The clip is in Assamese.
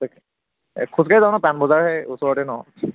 খোজকাঢ়ি যাওঁ ন পাণবজাৰহে ওচৰতে ন